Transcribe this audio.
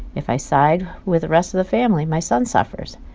if i side with the rest of the family, my son suffers.